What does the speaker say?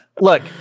look